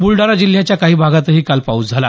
बुलडाणा जिल्ह्याच्या काही भागातही काल पाऊस झाला